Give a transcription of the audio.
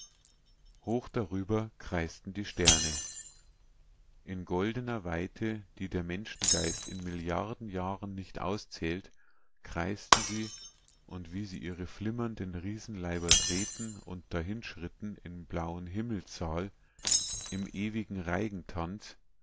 hoch darüber kreisten die sterne in goldener weite die der menschengeist in milliarden jahren nicht auszählt kreisten sie und wie sie ihre flimmernden riesenleiber drehten und dahinschritten im blauen himmelssaal im ewigen